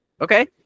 Okay